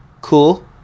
cool